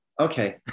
okay